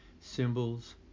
symbols